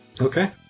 Okay